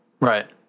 Right